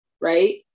right